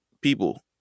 people